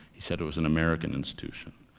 he said it was an american institution.